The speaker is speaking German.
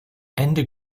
ende